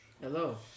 Hello